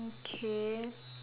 okay